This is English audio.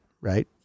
Right